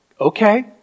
okay